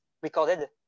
recorded